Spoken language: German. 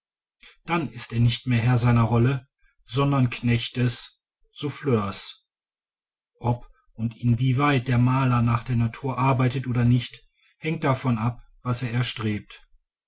dann ist er nicht mehr herr seiner rolle sondern knecht des souffleurs ob und inwieweit der maler nach der natur arbeitet oder nicht hängt davon ab was er erstrebt